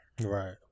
Right